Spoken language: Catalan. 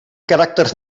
caràcter